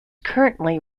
currently